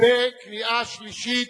(תיקון מס' 4) בקריאה שלישית.